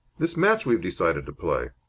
this match we've decided to play.